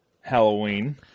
Halloween